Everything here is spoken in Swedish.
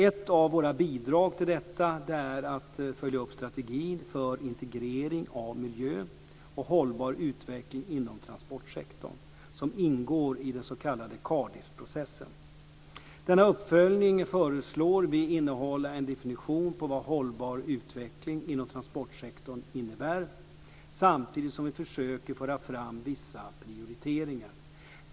Ett av våra bidrag till detta är att följa upp strategin för integrering av miljö och hållbar utveckling inom transportsektorn, som ingår i den s.k. Cardiffprocessen. Denna uppföljning föreslår vi innehålla en definition på vad hållbar utveckling inom transportsektorn innebär. Samtidigt försöker vi föra fram vissa prioriteringar.